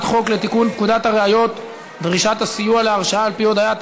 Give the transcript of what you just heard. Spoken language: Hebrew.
חוק לתיקון פקודת הראיות (דרישת הסיוע להרשעה על-פי הודיה),